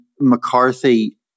McCarthy